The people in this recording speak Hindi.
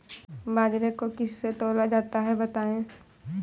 बाजरे को किससे तौला जाता है बताएँ?